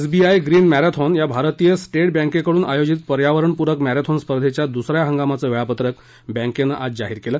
S B I green marathon या भारतीय state बँके कडून आयोजित पर्यावरणप्रक मॅरेथॉन स्पर्धेच्या द्स या हंगामाचं वेळापत्रक बँकेन आज जाहीर केलं